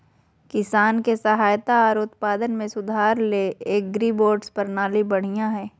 किसान के सहायता आर उत्पादन में सुधार ले एग्रीबोट्स प्रणाली बढ़िया हय